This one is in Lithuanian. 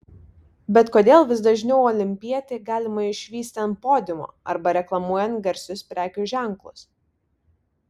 bet kodėl vis dažniau olimpietį galima išvysti ant podiumo arba reklamuojant garsius prekių ženklus